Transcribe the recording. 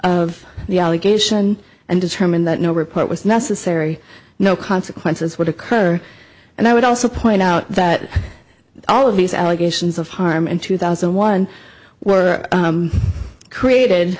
of the allegation and determined that no report was necessary no consequences would occur and i would also point out that all of these allegations of harm in two thousand and one were created